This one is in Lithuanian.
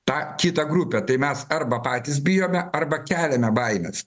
tą kitą grupę tai mes arba patys bijome arba keliame baimes